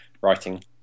writing